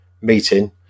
meeting